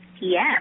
Yes